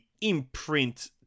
Imprint